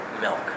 milk